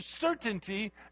certainty